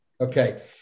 Okay